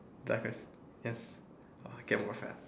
duck rice yes get more fat